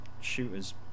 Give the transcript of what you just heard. Shooter's